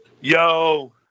yo